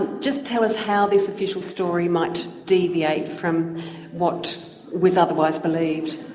just tell us how this official story might deviate from what was otherwise believed.